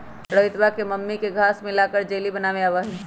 रोहितवा के मम्मी के घास्य मिलाकर जेली बनावे आवा हई